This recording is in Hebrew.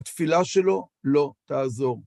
תפילה שלו לא תעזור.